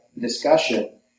discussion